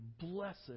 blessed